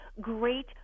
great